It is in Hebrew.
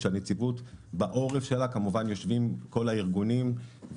כשבעורף של הנציבות יושבים כל הארגונים,